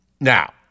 now